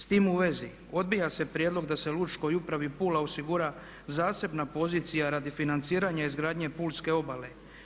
S tim u vezi odbija se prijedlog da se Lučkoj upravi Pula osigura zasebna pozicija radi financiranja izgradnje pulske obale.